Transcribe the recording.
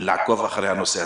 לעקוב אחרי הנושא הזה.